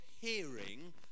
hearing